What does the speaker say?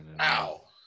ow